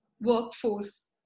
workforce